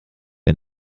wir